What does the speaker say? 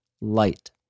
light